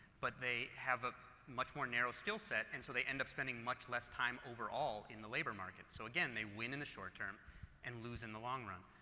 but they have a much more narrow skill set, and so they ends up spending much less time over all in the labor market. so again, they win in the short term and lose in the long run.